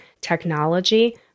technology